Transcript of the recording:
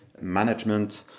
management